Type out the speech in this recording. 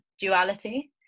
duality